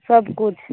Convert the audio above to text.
सब किछु